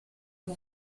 une